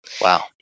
Wow